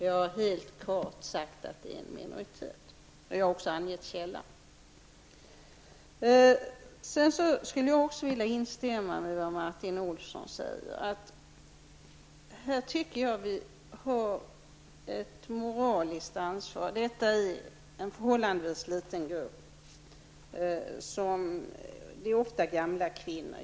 Jag har helt klart sagt att det är en minoritet, och jag har även angett källan. Jag vill också instämma i vad Martin Olsson säger. Jag tycker att vi har ett moraliskt ansvar. Detta är en förhållandevis liten grupp, det är ofta gamla kvinnor.